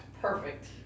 Perfect